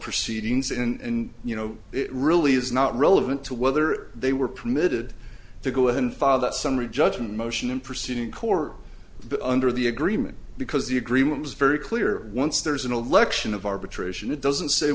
proceedings in you know it really is not relevant to whether they were permitted to go ahead and file that summary judgment motion and pursued in court under the agreement because the agreement was very clear once there's an election of arbitration it doesn't say